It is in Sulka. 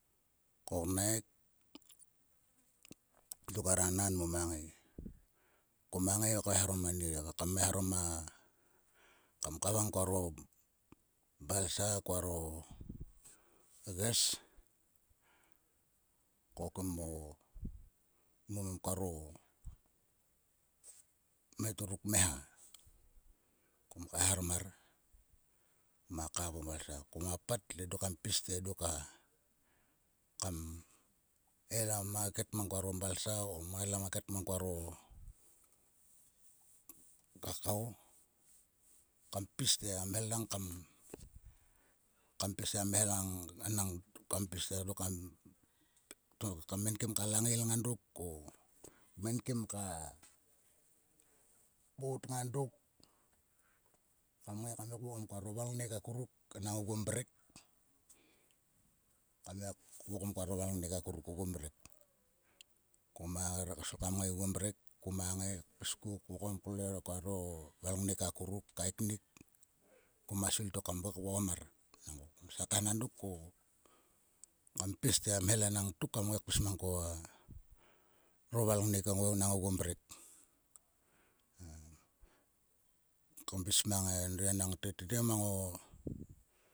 Koknaik. dok kar a nan mo ma ngai. Koma ngai kaeharom ani kam eharom a kam kavang koaro balsa koaro ges. Ko kim koaro. mo kim koaro mhetor ruk kmeha. Kom kaeharmar. koma kap o balsa. koma patle dok kam pis te dok a kam el a maket mang koaro balsa o kmel a maket mang koaro kakao. Kam pis te a mhel tang kam. kam pis te a mhelang kam. dok kam pis te dok kam enkim ka langail ngang dok o. Kmenkim ka bot nga dok kam ngai kam vokom koaro valngnek akuruk enang oguo mrek. Kam gia vokom koaro valngnek akuruk oguo mrek. Koma svil kam ngaiguo mrek koma ngai kpis ku kvokom klue koaro valngnek akuruk kaiknik. Koma svil te dok kam ngai kvokom mar nangko komsia khanang dok ko kam pis te a mhel enang tok kam ngai kpis mang koaro valngnek enang oguo mrek. Kam pis mang edri tete mang o.